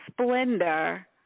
splendor